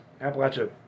Appalachia